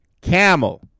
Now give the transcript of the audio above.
camel